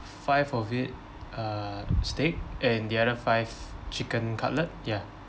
five of it uh steak and the other five chicken cutlet ya